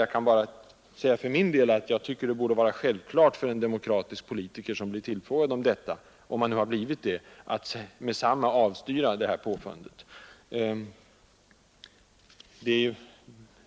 Jag kan bara säga att jag tycker att det borde vara självklart för en demokratisk politiker som blir tillfrågad om en sådan här sak — om han nu har blivit det — att med detsamma avstyra påfundet.